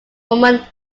roman